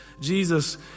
Jesus